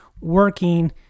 working